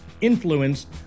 influenced